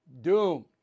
doomed